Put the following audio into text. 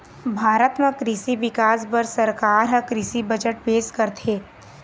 भारत म कृषि के बिकास बर सरकार ह कृषि बजट पेश करथे